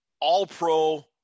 all-pro